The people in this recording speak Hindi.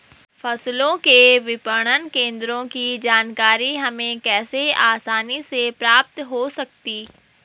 फसलों के विपणन केंद्रों की जानकारी हमें कैसे आसानी से प्राप्त हो सकती?